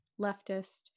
leftist